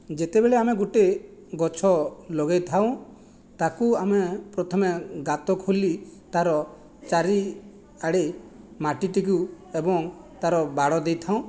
ଯେତେବେଳେ ଆମେ ଗୋଟିଏ ଗଛ ଲଗାଇ ଥାଉତାକୁ ଆମେ ପ୍ରଥମେ ଗାତ ଖୋଳି ତାର ଚାରି ଆଡ଼େ ମାଟିଟିକୁ ଏବଂ ତାର ବାଡ଼ ଦେଇଥାଉ